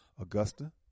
Augusta